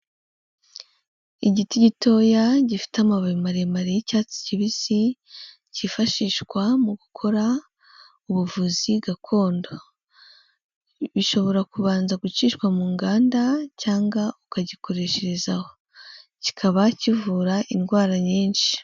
Igiti gitoya gifite amababi maremare y'icyatsi kibisi, cyifashishwa mu gukora ubuvuzi gakondo. Bishobora kubanza gucishwa mu nganda cyanga ukagikoreshereza aho, kikaba kivura indwara nyinshi.